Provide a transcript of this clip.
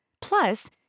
Plus